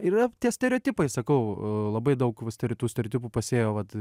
yra tie stereotipai sakau labai daug ir tų stereotipų pasėjo vat